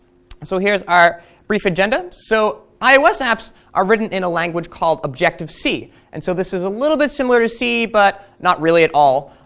and so here's our brief agenda. so ios apps are written in a language called objective-c, and so this is a little bit similar to c but not really at all,